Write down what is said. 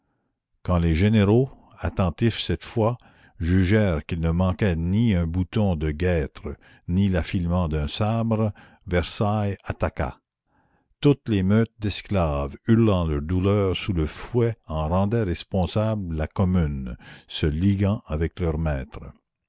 quand les généraux attentifs cette fois jugèrent qu'il ne manquait ni un bouton de guêtre ni l'affilement d'un sabre versailles attaqua toutes les meutes d'esclaves hurlant leurs douleurs sous le fouet en rendaient responsable le commune se liguant avec leurs maîtres